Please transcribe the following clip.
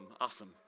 awesome